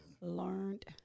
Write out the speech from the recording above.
Learned